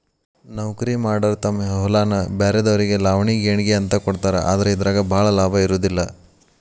ನೌಕರಿಮಾಡಾರ ತಮ್ಮ ಹೊಲಾನ ಬ್ರ್ಯಾರೆದಾರಿಗೆ ಲಾವಣಿ ಗೇಣಿಗೆ ಅಂತ ಕೊಡ್ತಾರ ಆದ್ರ ಇದರಾಗ ಭಾಳ ಲಾಭಾ ಇರುದಿಲ್ಲಾ